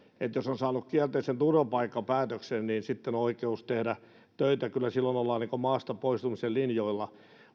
jos on saanut kielteisen turvapaikkapäätöksen niin sitten on oikeus tehdä töitä kyllä silloin ollaan maasta poistumisen linjoilla